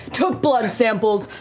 took blood samples,